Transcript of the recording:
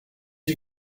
you